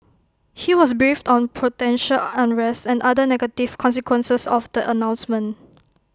he was briefed on potential unrest and other negative consequences of the announcement